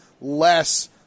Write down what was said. less